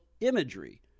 imagery